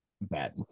bad